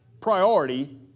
priority